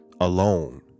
alone